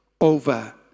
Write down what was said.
over